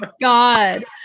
God